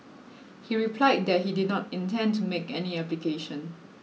he replied that he did not intend to make any application